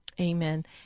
Amen